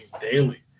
daily